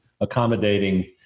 accommodating